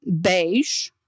beige